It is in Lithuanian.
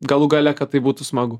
galų gale kad tai būtų smagu